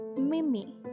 Mimi